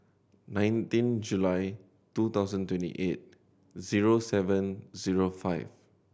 nineteen July two thousand twenty eight zero seven zero five